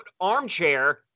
armchair